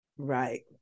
Right